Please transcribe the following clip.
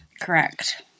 Correct